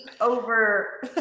over